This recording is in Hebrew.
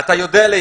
אתה יודע לבנות